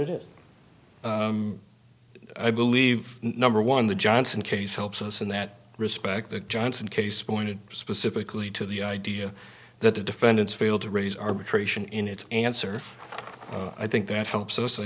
it is i believe number one the johnson case helps us in that respect the johnson case pointed specifically to the idea that the defendants failed to raise arbitration in its answers i think that helps us i